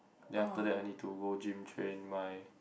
then after that I need to go gym train my